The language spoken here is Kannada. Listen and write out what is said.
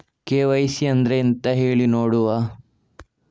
ಕೆ.ವೈ.ಸಿ ಅಂದ್ರೆ ಎಂತ ಹೇಳಿ ನೋಡುವ?